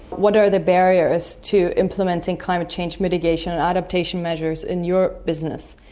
what are the barriers to implementing climate change mitigation and adaptation measures in your business?